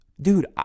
Dude